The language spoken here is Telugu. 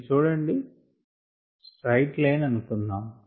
ln CC CO2 vs tని స్ట్రైట్ లైన్ అనుకుందాం